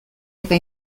eta